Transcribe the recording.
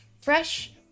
Fresh